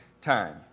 time